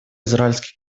израильский